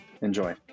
enjoy